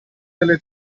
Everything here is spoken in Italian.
delle